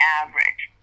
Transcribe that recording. average